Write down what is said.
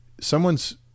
someone's